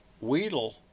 Weedle